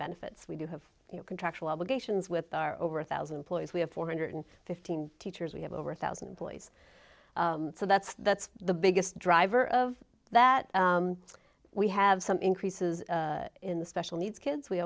benefits we do have contractual obligations with our over a thousand employees we have four hundred fifteen teachers we have over a thousand employees so that's that's the biggest driver of that we have some increases in the special needs kids we